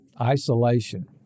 isolation